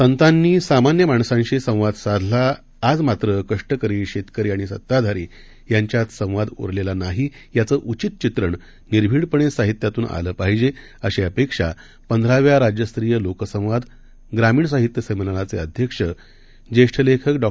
संतांनीसामान्यमाणसाशीसंवादसाधला आजमात्रकष्टकरी शेतकरीआणिसत्ताधारीयांच्यातसंवादउरलेलानाही याचंउचितचित्रणनिर्भीडपणेसाहित्यातूनआलंपाहिजे अशीअपेक्षापंधराव्याराज्यस्तरीयलोकसंवादग्रामीणसाहित्यसंमेलनाचेअध्यक्षज्येष्ठलेखकडॉ